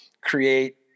create